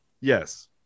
yes